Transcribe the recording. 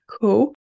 Cool